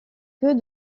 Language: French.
que